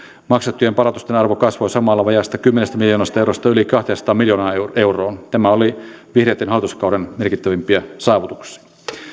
maksettujen palautusten arvo kasvoi samalla vajaasta kymmenestä miljoonasta eurosta yli kahteensataan miljoonaan euroon tämä oli vihreitten hallituskauden merkittävimpiä saavutuksia